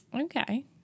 Okay